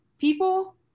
people